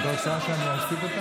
פשוט לא ייאמן,